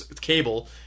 Cable